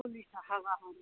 सरलिस थाका गाहाम